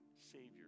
savior